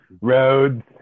Roads